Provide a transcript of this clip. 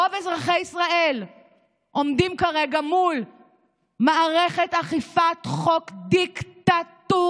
רוב אזרחי ישראל עומדים כרגע מול מערכת אכיפת חוק דיקטטורית,